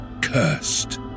cursed